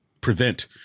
prevent